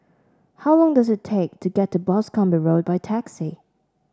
how long does it take to get to Boscombe Road by taxi